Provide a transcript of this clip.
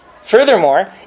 Furthermore